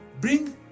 bring